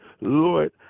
Lord